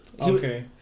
Okay